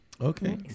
okay